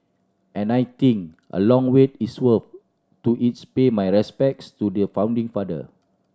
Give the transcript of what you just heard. and I think a long wait is worth to its pay my respects to the founding father